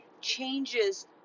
changes